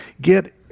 get